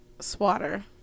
swatter